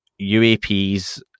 UAPs